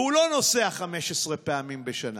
והוא לא נוסע 15 פעמים בשנה,